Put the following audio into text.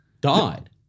Died